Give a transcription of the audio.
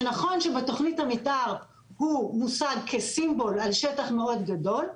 שנכון שבתוכנית המתאר הוא מוצג כסימבול על שטח מאוד גדול,